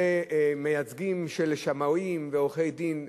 במייצגים של שמאים ועורכי-דין,